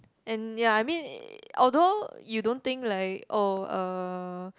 and ya I mean although you don't think like oh uh